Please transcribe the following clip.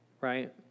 right